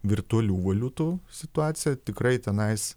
virtualių valiutų situaciją tikrai tenais